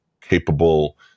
capable